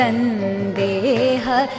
Sandeha